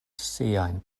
siajn